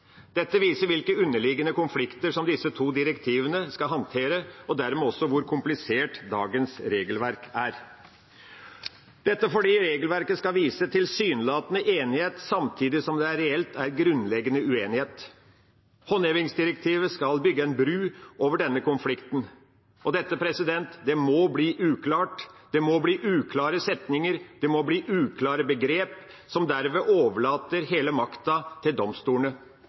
Dette viser hvilke underliggende konflikter disse to direktivene skal håndtere, og dermed også hvor komplisert dagens regelverk er, fordi regelverket skal vise tilsynelatende enighet, samtidig som det reelt er grunnleggende uenighet. Håndhevingsdirektivet skal bygge en bru over denne konflikten. Og det må bli uklart, det må bli uklare setninger, det må bli uklare begreper, som derved overlater hele makta til domstolene